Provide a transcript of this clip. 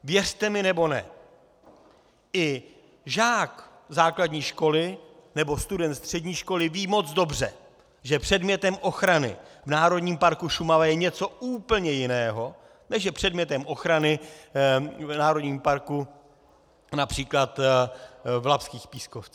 Věřte mi nebo ne, i žák základní školy nebo student střední školy ví moc dobře, že předmětem ochrany v Národním parku Šumava je něco úplně jiného, než je předmětem ochrany v národním parku například v Labských pískovcích.